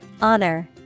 honor